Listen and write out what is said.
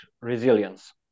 resilience